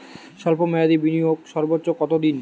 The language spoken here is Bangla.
স্বল্প মেয়াদি বিনিয়োগ সর্বোচ্চ কত দিন?